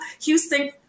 Houston